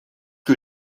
que